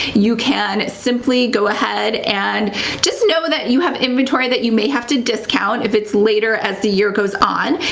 you can simply go ahead and just know that you have inventory that you may have to discount if it's later as the year goes on.